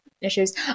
issues